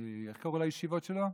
איך קראו לישיבות שלו?